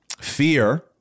fear